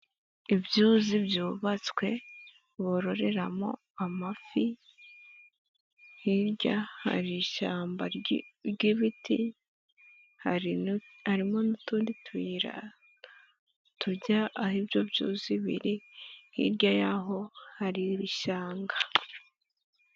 Ibyuzi byubatswe bororeramo amafi, hirya hari ishyamba ry'ibiti, harimo n'utundi tuyira tujya aho ibyo byuzi biri, hirya y'aho hari iri ishyamba.